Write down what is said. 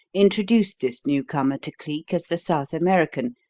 introduced this newcomer to cleek as the south american,